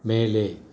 மேலே